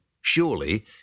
surely